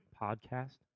podcast